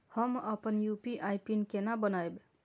हम अपन UPI PIN केना बनैब?